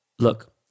Look